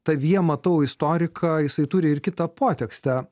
tavyje matau istoriką jisai turi ir kitą potekstę